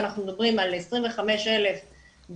ואנחנו מדברים על 25,000 ב-2019,